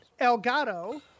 Elgato